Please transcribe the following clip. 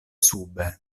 sube